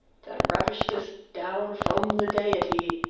that ravished'st down from the deity,